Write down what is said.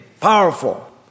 powerful